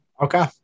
Okay